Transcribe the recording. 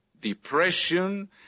depression